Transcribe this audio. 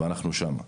ואנחנו שם.